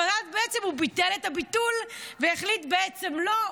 אבל אז בעצם הוא ביטל את הביטול והחליט שבעצם לא,